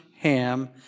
Ham